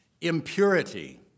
impurity